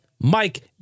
Mike